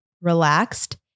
relaxed